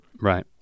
Right